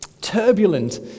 Turbulent